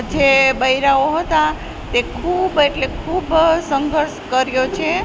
જે બૈરાઓ હતાં તે ખૂબ એટલે ખૂબ સંઘર્ષ કર્યો છે